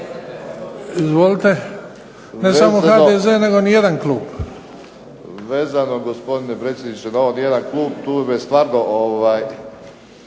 Izvolite. Ne samo HDZ, nego ni jedan klub.